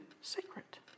secret